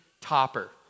topper